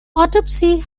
autopsy